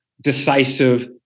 decisive